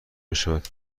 میشود